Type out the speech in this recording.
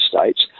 states